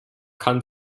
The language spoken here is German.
kann